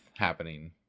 happening